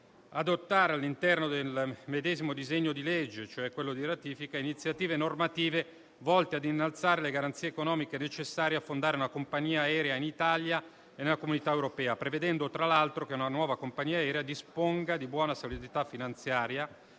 adottare, all'interno del medesimo disegno di legge di ratifica, iniziative normative volte a innalzare le garanzie economiche necessarie a fondare una compagnia aerea in Italia e nella Comunità europea, prevedendo, tra l'altro, che una nuova compagnia aerea disponga di buona solidità finanziaria,